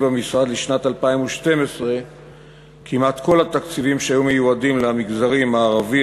המשרד לשנת 2012 כמעט כל התקציבים שהיו מיועדים למגזרים הערבי,